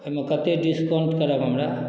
एहिमे कतेक डिस्काउन्ट करब हमरा